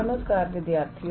नमस्कार विद्यार्थियों